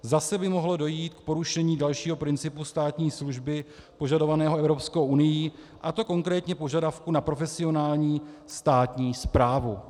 Zase by mohlo dojít k porušení dalšího principu státní služby požadovaného Evropskou unií, a to konkrétně požadavku na profesionální státní správu.